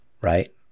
right